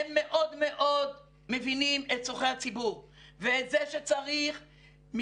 הם מאוד מאוד מבינים את צרכי הציבור ואת זה שצריך מכל